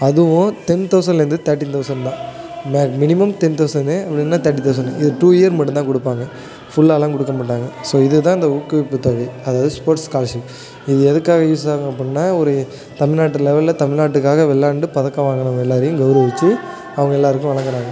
அதுவும் டென் தௌசண்லேருந்து thirteen thousand தான் அந்த மினிமம் டென் தௌசண்னு அப்படி இல்லைன்னா தர்ட்டி தௌசண்னு இது டூ இயர் மட்டும்தான் கொடுப்பாங்க ஃபுல்லாலாம் கொடுக்கமாட்டாங்க ஸோ இதுதான் அந்த ஊக்குவிப்புதொகை அதாவது ஸ்போர்ட்ஸ் ஸ்காலர்ஷிப் இது எதுக்காக யூஸ் ஆகும் அப்புடினா ஒரு தமிழ்நாட்டு லெவலில் தமிழ்நாட்டுக்காக விளையாண்டு பதக்கம் வாங்குனவங்க எல்லோரையும் கௌரவித்து அவங்க எல்லோருக்கும் வழங்குகிறாங்க